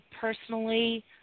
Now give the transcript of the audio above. personally